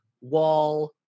Wall